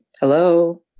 Hello